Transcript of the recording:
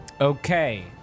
Okay